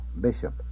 bishop